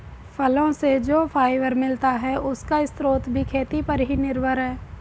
फलो से जो फाइबर मिलता है, उसका स्रोत भी खेती पर ही निर्भर है